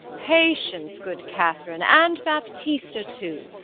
patience, good katherine, and baptista too.